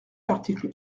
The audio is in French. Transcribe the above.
l’article